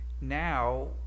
now